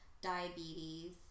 diabetes